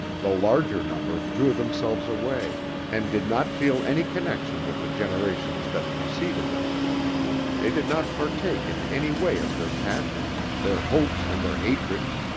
the larger number drew themselves away and did not feel any connection with the generations that preceded them they did not partake in any way of their passions, their hopes and their hatreds